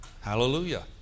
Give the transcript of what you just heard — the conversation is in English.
Hallelujah